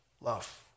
love